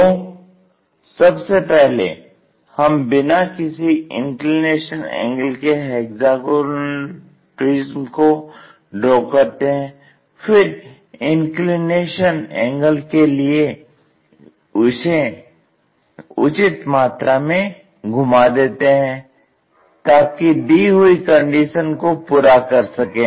तो सबसे पहले हम बिना किसी इंक्लिनेशन एंगल के हेक्सागोनल प्रिज्म को ड्रॉ करते हैं फिर इंक्लिनेशन एंगल के लिए इसे उचित मात्रा में घुमा देते हैं ताकि दी हुई कंडीशन को पूरा कर सकें